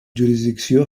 jurisdicció